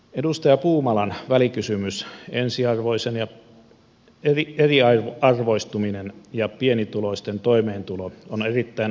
edustaja puumalan välikysymys eriarvoistuminen ja pienituloisten toimeentulo on erittäin ajankohtainen